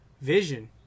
Vision